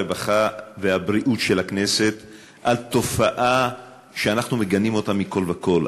הרווחה והבריאות של הכנסת על תופעה שאנחנו מגנים אותה מכול וכול,